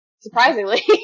Surprisingly